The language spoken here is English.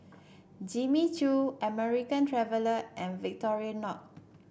Jimmy Choo American Traveller and Victorinox